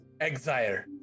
Exire